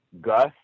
Gus